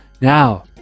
Now